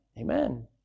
Amen